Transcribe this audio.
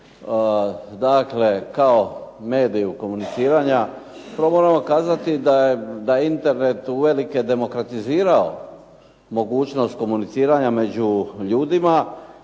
dakle kao mediju komuniciranja, prvo moramo kazati da je Internet uvelike demokratizirao mogućnost komuniciranja među ljudima.